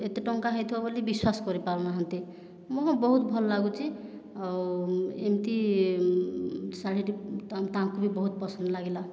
ଏତେ ଟଙ୍କା ହୋଇଥିବ ବୋଲି ବିଶ୍ଵାସ କରିପାରୁ ନାହାନ୍ତି ମୋ ବହୁତ ଭଲ ଲାଗୁଛି ଆଉ ଏମିତି ଶାଢ଼ୀଟି ତା ତାଙ୍କୁ ବି ବହୁତ ପସନ୍ଦ ଲାଗିଲା